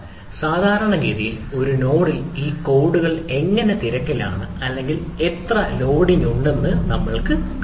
സാധാരണഗതിയിൽ ഒരു നോഡിൽ ഈ കോഡുകൾ എങ്ങനെ തിരക്കിലാണ് അല്ലെങ്കിൽ എത്ര ലോഡിംഗ് ഉണ്ടെന്ന് നമ്മൾ കാണണം